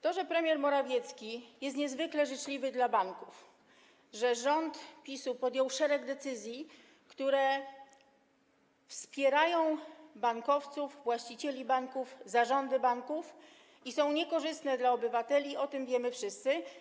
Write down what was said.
To, że premier Morawiecki jest niezwykle życzliwy dla banków i że rząd PiS-u podjął szereg decyzji, które wspierają bankowców, właścicieli banków, zarządy banków, a są niekorzystne dla obywateli - to wiemy wszyscy.